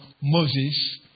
Moses